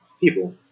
people